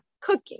Cooking